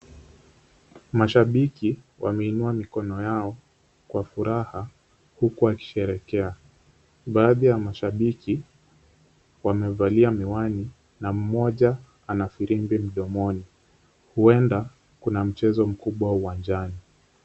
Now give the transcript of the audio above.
Mashabiki wameinua mikono yao kwa furaha huku wakisherehekea. Baadhi ya mashabiki wamevalia miwani na mmoja ana firimbi mdomoni. Huenda kuna mchezo mkubwa uwanjani.